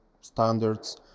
standards